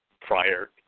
prior